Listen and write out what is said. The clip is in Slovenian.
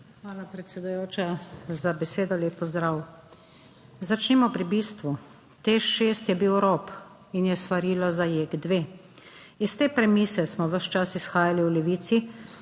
Hvala, predsedujoča, za besedo. Lep pozdrav! Začnimo pri bistvu, Teš 6 je bil rob in je svarilo za JEK 2. Iz te premise smo ves čas izhajali v Levici,